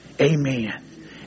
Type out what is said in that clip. Amen